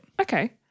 Okay